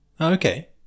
okay